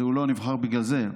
הוא לא נבחר בגלל זה,